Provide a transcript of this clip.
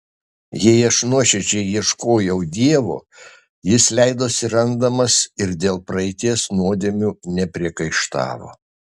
jei aš nuoširdžiai ieškojau dievo jis leidosi randamas ir dėl praeities nuodėmių nepriekaištavo